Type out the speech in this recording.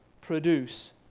produce